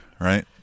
Right